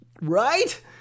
right